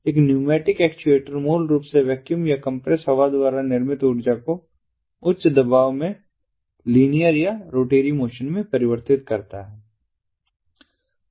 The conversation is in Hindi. एक न्यूमैटिक एक्चुएटर मूल रूप से वैक्यूम या कंप्रेस हवा द्वारा निर्मित ऊर्जा को उच्च दबाव में लीनियर या रोटरी मोशन में परिवर्तित करता है